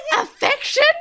Affection